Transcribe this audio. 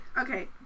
Okay